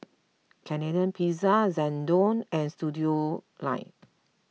Canadian Pizza Xndo and Studioline